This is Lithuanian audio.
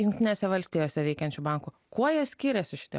jungtinėse valstijose veikiančių bankų kuo jie skyriasi šitie